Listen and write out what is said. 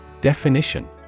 Definition